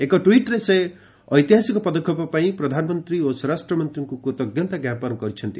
ଏକ ଟ୍ୱିଟ୍ରେ ସେ ଏହି ଐତିହାସିକ ପଦକ୍ଷେପ ପାଇଁ ପ୍ରଧାନମନ୍ତ୍ରୀ ଓ ସ୍ୱରାଷ୍ଟ୍ର ମନ୍ତ୍ରୀଙ୍କୁ କୃତଜ୍ଞତା ଞ୍ଜାପନ କରିଛନ୍ତି